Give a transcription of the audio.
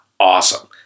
Awesome